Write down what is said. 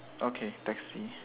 okay taxi